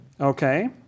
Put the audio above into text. Okay